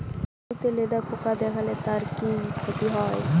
আলুতে লেদা পোকা দেখালে তার কি ক্ষতি হয়?